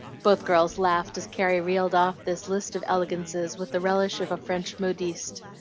both girls laughed as carrie reeled off this list of elegances, with the relish of a french modiste.